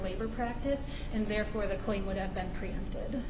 labor practice and therefore the claim would have been preempted